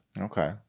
Okay